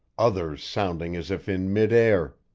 others sounding as if in mid-air.